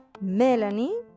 Melanie